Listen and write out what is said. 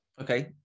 okay